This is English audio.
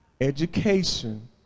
Education